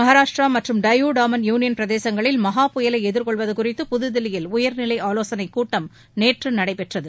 மகாராஷ்டிரா மற்றம் டையூ டாமன் யூனியன் பிரதேசங்களில் மஹா புயலை எதிர்கொள்வது குறித்து புதுதில்லியில் உயர்நிலை ஆலோசனைக் கூட்டம் நேற்று நடைபெற்றது